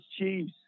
Chiefs